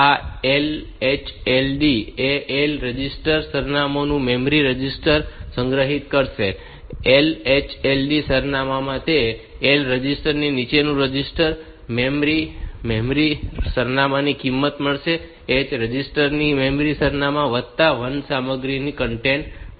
આ LHLD તે L register સરનામાંનું મેમરી રજિસ્ટર સંગ્રહિત કરશે LHLD સરનામાં તે L રજિસ્ટર નીચલું રજિસ્ટર મેમરી સરનામાંની કિંમત મેંળવશે અને H રજિસ્ટર ને મેમરી સરનામાં વત્તા 1 ની સામગ્રી મળશે